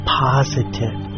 positive